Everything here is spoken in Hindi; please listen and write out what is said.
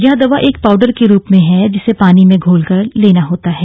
यह दवा एक पाउडर के रुप में है जिसे पानी में घोलकर लेना होता है